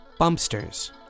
Bumpsters